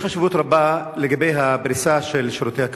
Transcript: יש חשיבות רבה לפריסה של שירותי הכבאות.